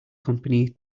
company